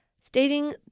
stating